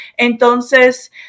Entonces